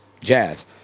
Jazz